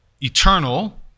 eternal